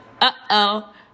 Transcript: uh-oh